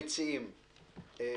המשיח כבר יגור פה ויהיה הסכם שלום גם.